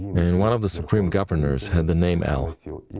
and one of the supreme governors had the name el.